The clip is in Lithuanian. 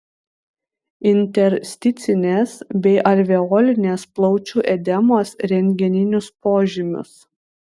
intersticinės bei alveolinės plaučių edemos rentgeninius požymius